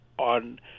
On